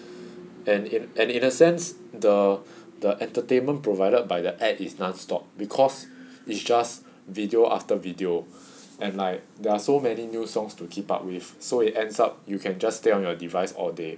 and in a sense the the entertainment provided by the app is non stop because it's just video after video and like there are so many new songs to keep up with so it ends up you can just stay on your device all day